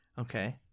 okay